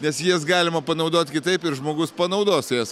nes jas galima panaudot kitaip ir žmogus panaudos jas